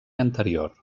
anterior